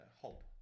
hope